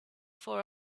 for